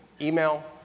Email